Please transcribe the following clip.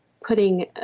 putting